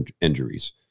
injuries